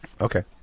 Okay